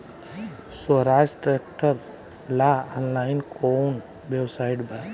सोहराज tractor ला online कोउन website बा?